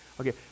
Okay